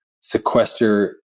sequester